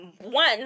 one